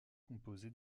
composé